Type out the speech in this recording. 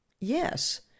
Yes